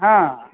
હા